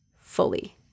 fully